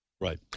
Right